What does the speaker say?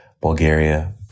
bulgaria